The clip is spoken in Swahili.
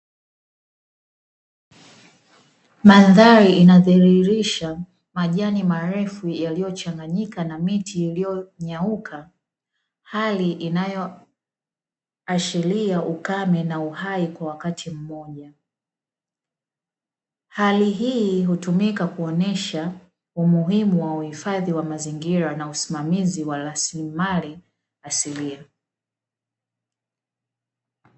Mandhari inazihirisha majani marefu yaliyochanganyika na miti iliyonyauka hali inayoashiria ukame na uhai kwa wakati mmoja, hali hii hutumika kuonyesha umuhimu wa uhifadhi wa mazingira na usimamizi wa rasilimali asilia.